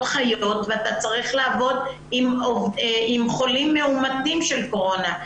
חיות ואתה צריך לעבוד עם חולים מאומתים של קורונה.